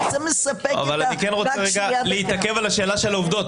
אבל אני כן רוצה להתעכב רגע על השאלה של העובדות.